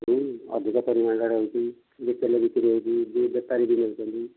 ହୁଁ ଅଧିକ ପରିମାଣରେ ରହିଛି ରିଟେଲ୍ ବିକ୍ରୀ ହେଉଛି ବି ବେପାରୀ ବି ନେଉଛନ୍ତି